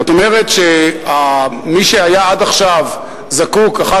זאת אומרת שמי שהיה עד עכשיו זקוק אחת